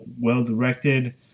well-directed